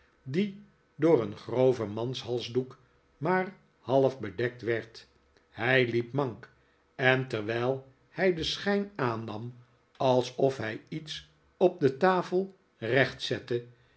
die door een groven manshalsdoek maar half bedekt werd hij hep mank en terwijl hij den schijn aannam alsof hij iets op de tafel